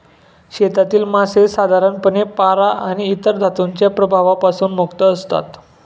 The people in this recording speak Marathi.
शेतातील मासे साधारणपणे पारा आणि इतर धातूंच्या प्रभावापासून मुक्त असतात